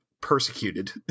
persecuted